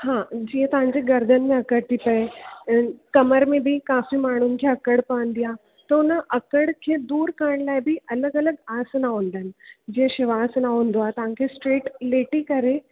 हा जीअं तव्हांजे गर्दनि में अकड़ थी पए कमर में बि काफ़ी माण्हुनि खे अकड़ पवंदी आहे त उन अकड़ खे बि दूर करण लाइ बि अलॻि अलॻि आसना हूंदा आहिनि जीअं शिव आसना हूंदो आहे तव्हांखे स्ट्रेट लेटी करे